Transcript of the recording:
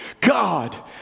God